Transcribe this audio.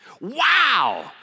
Wow